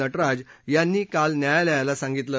नटराज यांनी काल न्यायालयाला सांगितलं